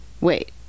Wait